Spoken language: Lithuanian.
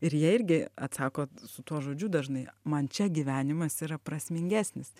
ir jie irgi atsako su tuo žodžiu dažnai man čia gyvenimas yra prasmingesnis